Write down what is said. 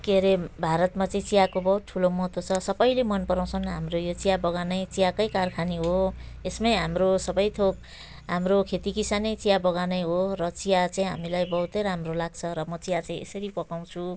के अरे भारतमा चाहिँ चियाको बहुत ठुलो महत्त्व छ सबैले मनपराउँछन् हाम्रो यो चियाबगानै चियाकै कारखाना हो यसमै हाम्रो सबै थोक हाम्रो खेतीकिसानै चियाबगानै हो र चिया चाहिँ हामीलाई बहुतै राम्रो लाग्छ र म चिया चाहिँ यसरी पकाउँछु